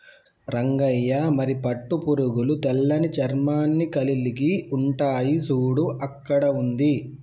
రంగయ్య మరి పట్టు పురుగులు తెల్లని చర్మాన్ని కలిలిగి ఉంటాయి సూడు అక్కడ ఉంది